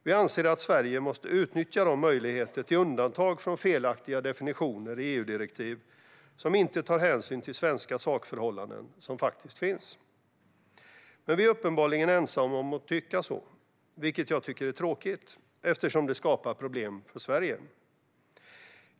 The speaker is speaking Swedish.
Vi anser att Sverige måste utnyttja de möjligheter som finns till undantag från felaktiga definitioner i EU-direktiv som inte tar hänsyn till svenska sakförhållanden. Men vi är uppenbarligen ensamma om att tycka så, vilket jag tycker är tråkigt eftersom det skapar problem för Sverige.